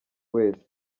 wese